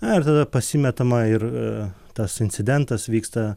ar tada pasimetama ir tas incidentas vyksta